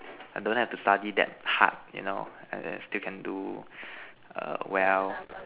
I don't have to study that hard you know and then still can do err well